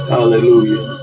Hallelujah